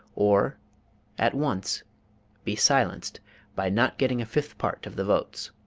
or at once be silenced by not getting a fifth part of the votes.